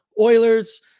Oilers